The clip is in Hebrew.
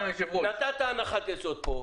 הצגת פה הנחת יסוד.